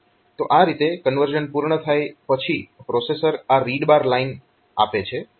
તો આ રીતે કન્વર્ઝન પૂર્ણ થાય પછી પ્રોસેસર આ રીડ બાર લાઈન આપે છે